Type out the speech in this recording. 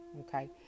Okay